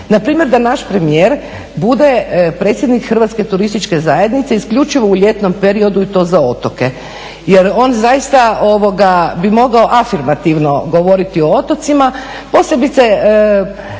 na primjer da naš premijer bude predsjednik HTZ-a isključivo u ljetnom periodu i to za otoke. Jer on zaista bi mogao afirmativno govoriti o otocima, posebice